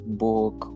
book